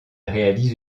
réalise